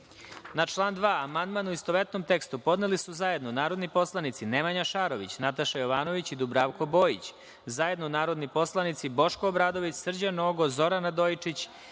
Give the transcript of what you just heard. član 2. amandman, u istovetnom tekstu, podneli su zajedno narodni poslanici Nemanja Šarović, Nataša Jovanović i Dubravko Bojić, zajedno narodni poslanici Boško Obradović, Srđan Nogo, Zoran Radojičić,